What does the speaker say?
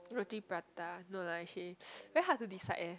Roti-Prata no lah actually very hard to decide eh